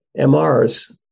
MRs